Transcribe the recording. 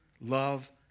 love